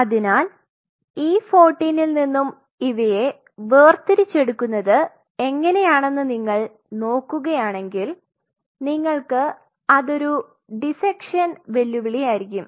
അതിനാൽ E14 ൽ നിന്നും ഇവയെ വേർതിരിചെടുക്കുന്നത് എങ്ങനെയാണെന്ന് നിങ്ങൾ നോക്കുകയാണെങ്കിൽ നിങ്ങൾക്ക് അതൊരു ഒരു ഡിസെക്ഷൻ വെല്ലുവിളിയാരിക്കും